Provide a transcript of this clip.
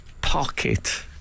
pocket